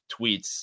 tweets